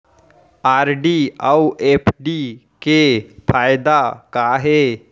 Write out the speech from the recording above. RD अऊ FD के फायेदा का हे?